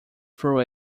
through